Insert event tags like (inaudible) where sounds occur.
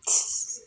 (laughs)